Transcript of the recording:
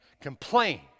complain